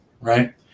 right